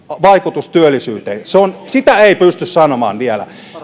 vaikutus työllisyyteen sitä ei pysty sanomaan vielä